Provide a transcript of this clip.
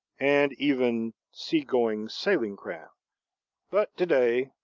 and even sea-going sailing craft but, to-day,